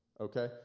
Okay